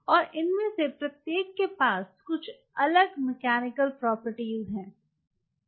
और इनमें से प्रत्येक के पास कुछ अलग मैकेनिकल प्रॉपर्टीज हैं